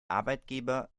arbeitgeber